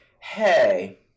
hey